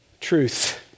truth